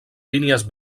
línies